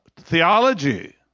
theology